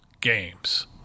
games